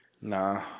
Nah